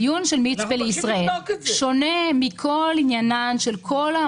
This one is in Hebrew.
הדיון של מצפה לישראל שונה -- אנחנו מבקשים לבדוק את זה.